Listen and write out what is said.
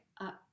up